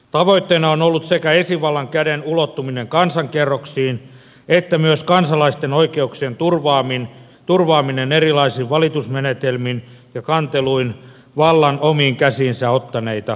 tavoitteena on ollut sekä esivallan käden ulottuminen kansankerroksiin että myös kansalaisten oikeuksien turvaaminen erilaisin valitusmenetelmin ja kanteluin vallan omiin käsiinsä ottaneita huoveja vastaan